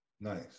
nice